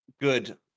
good